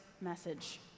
message